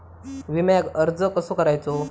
विम्याक अर्ज कसो करायचो?